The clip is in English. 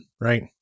right